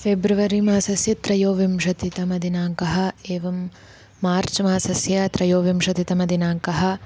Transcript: February मासस्य त्रयोविंशतितमदिनाङ्कः एवं मार्च् मासस्य त्रयोविंशतितमदिनाङ्कः